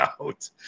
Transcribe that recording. out